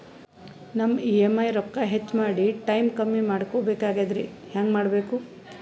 ನಮ್ಮ ಇ.ಎಂ.ಐ ರೊಕ್ಕ ಹೆಚ್ಚ ಮಾಡಿ ಟೈಮ್ ಕಮ್ಮಿ ಮಾಡಿಕೊ ಬೆಕಾಗ್ಯದ್ರಿ ಹೆಂಗ ಮಾಡಬೇಕು?